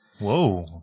Whoa